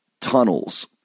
tunnels